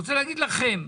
אני רוצה להגיד לכם,